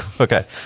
Okay